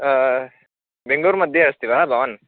बेङ्गलूर् मध्ये अस्ति वा भवान्